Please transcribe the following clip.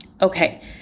Okay